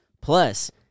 Plus